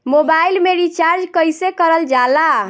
Mobile में recharge कइसे करल जाला?